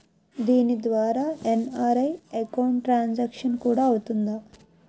దీని ద్వారా NRI account transaction కూడా అవుతుందా?